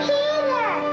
Peter